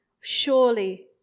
Surely